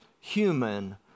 human